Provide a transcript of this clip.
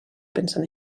pensen